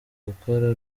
gukora